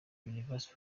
universal